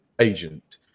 agent